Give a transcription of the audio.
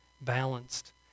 balanced